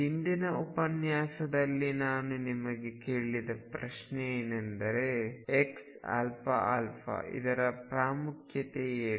ಹಿಂದಿನ ಉಪನ್ಯಾಸದಲ್ಲಿ ನಾನು ನಿಮಗೆ ಕೇಳಿದ ಪ್ರಶ್ನೆ ಏನೆಂದರೆ xαα ಇದರ ಪ್ರಾಮುಖ್ಯತೆ ಏನು